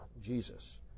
Jesus